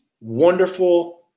wonderful